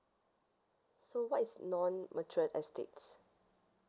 so what is non mature estates